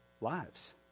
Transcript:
lives